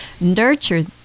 nurture